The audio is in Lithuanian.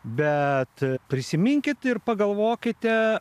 bet prisiminkit ir pagalvokite